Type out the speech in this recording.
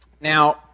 Now